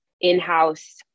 in-house